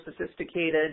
sophisticated